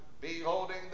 beholding